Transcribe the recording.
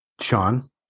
Sean